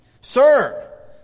Sir